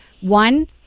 one